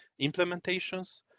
implementations